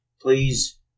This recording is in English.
Please